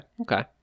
okay